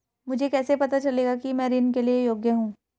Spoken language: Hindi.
मुझे कैसे पता चलेगा कि मैं ऋण के लिए योग्य हूँ?